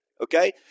Okay